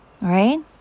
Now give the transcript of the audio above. Right